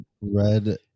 red